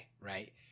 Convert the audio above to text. right